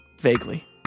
Vaguely